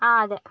ആ അതെ